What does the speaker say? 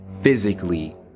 physically